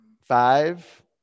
Five